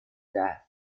death